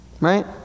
Right